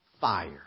fire